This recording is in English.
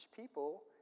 people